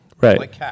Right